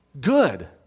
Good